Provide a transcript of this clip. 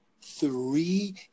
three